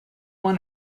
won